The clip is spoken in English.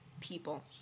people